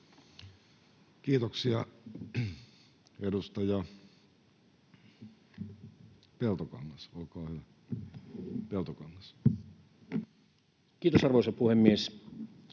Kiitoksia. — Edustaja Merinen. Kiitos, arvoisa puhemies!